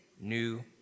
new